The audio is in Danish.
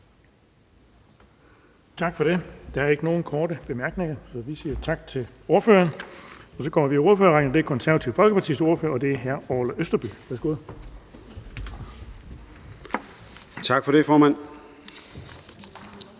Tak for det. Der er ikke nogen korte bemærkninger, så vi siger tak til ordføreren. Vi går videre i ordførerrækken, og det er Det Konservative Folkepartis ordfører, og det er hr. Orla Østerby. Værsgo. Kl. 20:42 (Ordfører)